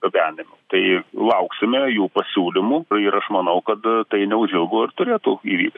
gabenimu tai lauksime jų pasiūlymų ir aš manau kad tai neužilgo ir turėtų įvykt